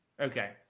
Okay